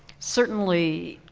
certainly